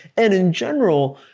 and in general,